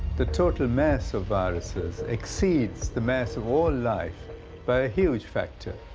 the total mass of viruses exceeds the mass of all life by a huge factor.